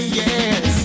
yes